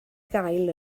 gael